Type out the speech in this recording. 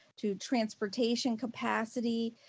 to transportation capacity,